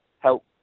Help